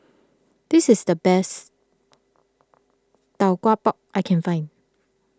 this is the best Tau Kwa Pau I can find